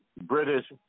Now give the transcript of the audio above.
British